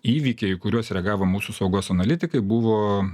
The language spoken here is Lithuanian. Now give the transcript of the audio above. įvykiai į kuriuos reagavo mūsų saugos analitikai buvo